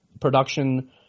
production